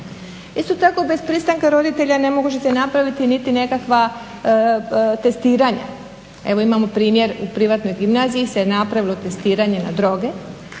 Isto tako bez pristanka roditelja ne možete napraviti niti nekakva testiranja. Evo imamo primjer u privatnoj gimnaziji se napravilo testiranje na droge.